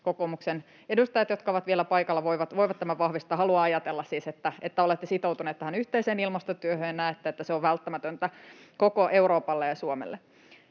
kokoomuksen edustajat, jotka ovat vielä paikalla, voivat tämän vahvistaa. Haluan ajatella siis, että olette sitoutuneet tähän yhteiseen ilmastotyöhön ja näette, että se on välttämätöntä koko Euroopalle ja Suomelle.